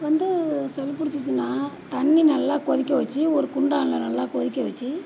வந்து சளி பிடிச்சிச்சின்னா தண்ணி நல்லா கொதிக்க வச்சு ஒரு குண்டானில் நல்லா கொதிக்க வச்சு